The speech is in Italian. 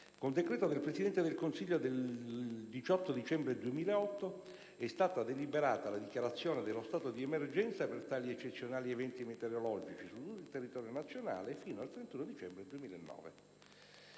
con decreto del Presidente del Consiglio del 18 dicembre 2008, è stata deliberata la dichiarazione dello stato di emergenza per tali eccezionali eventi meteorologici su tutto il territorio nazionale, fino al 31 dicembre 2009.